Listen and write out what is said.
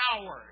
hours